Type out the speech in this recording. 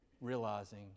Realizing